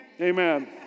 Amen